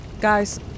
Guys